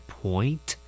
point